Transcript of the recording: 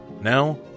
Now